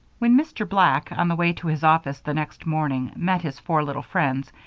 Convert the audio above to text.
when mr. black, on the way to his office the next morning, met his four little friends,